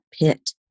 pit